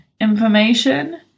information